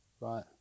right